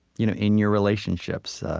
you know in your relationships,